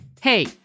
Hey